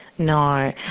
No